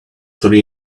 story